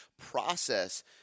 process